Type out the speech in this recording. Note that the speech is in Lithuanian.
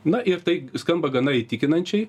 na ir tai skamba gana įtikinančiai